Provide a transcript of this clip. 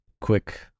quick